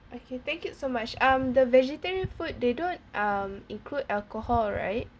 okay thank you so much um the vegetarian food they don't um include alcohol right